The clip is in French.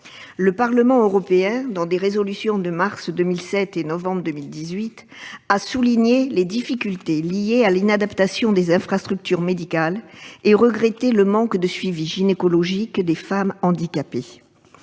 Le Parlement européen, dans des résolutions de mars 2007 et novembre 2018, a souligné les difficultés liées à l'inadaptation des infrastructures médicales et regretté le manque de suivi gynécologique des femmes handicapées.